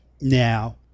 Now